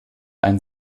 ein